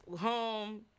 home